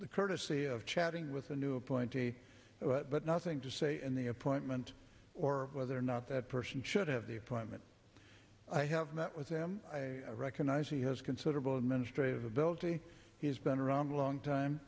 courtesy of chatting with the new appointee but nothing to say in the appointment or whether or not that person should have the appointment i have met with them i recognize he has considerable administrative ability he's been around a long time